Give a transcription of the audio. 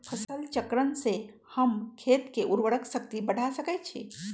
फसल चक्रण से हम खेत के उर्वरक शक्ति बढ़ा सकैछि?